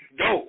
go